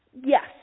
yes